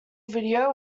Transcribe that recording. video